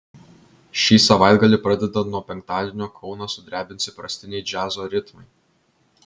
šį savaitgalį pradedant nuo penktadienio kauną sudrebins įprastiniai džiazo ritmai